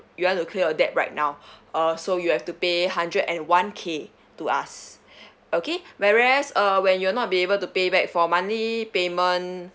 you want to clear your debt right now uh so you have to pay hundred and one K to us okay whereas uh when you'll not be able to pay back for monthly payment